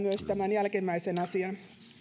jälkimmäisen asian